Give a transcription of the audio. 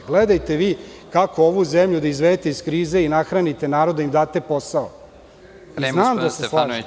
Gledajte vi kako ovu zemlju da izvedete iz krize i nahranite narod i da im date posao, znam da se slažemo.